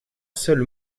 seul